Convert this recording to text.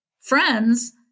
friends